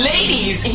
Ladies